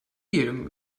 jedem